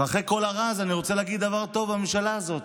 ואחרי כל הרע הזה אני רוצה להגיד דבר טוב על הממשלה הזאת.